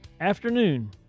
afternoon